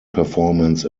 performance